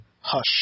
Hush